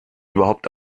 überhaupt